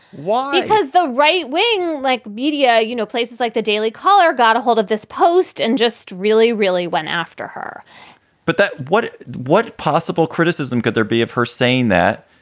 why? because the right wing like media, you know, places like the daily caller got ahold of this post and just really, really went after her but what what possible criticism could there be of her saying that,